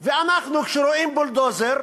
ואנחנו, כשרואים בולדוזר,